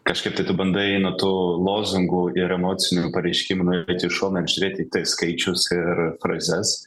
kažkaip tai tu bandai nuo tų lozungų ir emocinių pareiškimų nueiti į šoną ir žiūrėti tai skaičius ir frazes